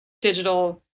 digital